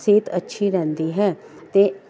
ਸਿਹਤ ਅੱਛੀ ਰਹਿੰਦੀ ਹੈ ਅਤੇ